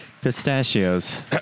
Pistachios